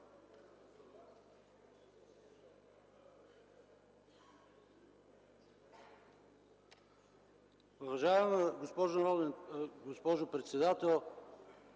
Уважаема госпожо председател,